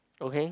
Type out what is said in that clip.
okay